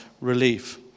relief